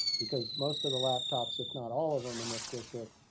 because most of the laptops, if not all of them in this district,